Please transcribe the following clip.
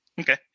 Okay